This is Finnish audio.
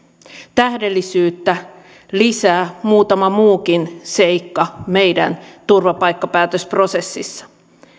tähdellisyyttä lisää muutama muukin seikka meidän turvapaikkapäätösprosessissamme